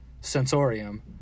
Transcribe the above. sensorium